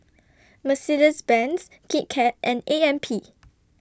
Mercedes Benz Kit Kat and A M P